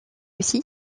aussi